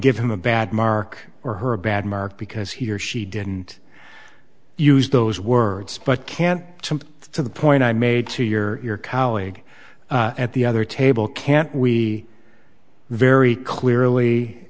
give him a bad mark or her a bad mark because he or she didn't use those words but can't to the point i made to your colleague at the other table can't we very clearly